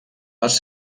les